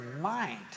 mind